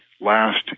last